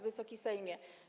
Wysoki Sejmie!